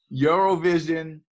Eurovision